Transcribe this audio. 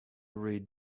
read